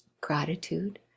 gratitude